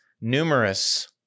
numerous